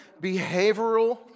behavioral